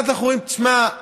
אז אנחנו אומרים: שמע,